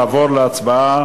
אנחנו נעבור להצבעה,